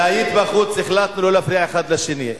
כשהיית בחוץ החלטנו לא להפריע אחד לשני.